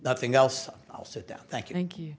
nothing else i'll sit down thank you thank you